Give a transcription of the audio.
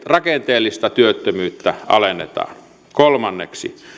rakenteellista työttömyyttä alennetaan kolmanneksi